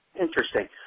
Interesting